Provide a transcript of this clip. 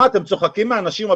מה, אתם צוחקים מאנשים?